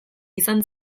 izan